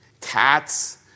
cats